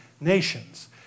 nations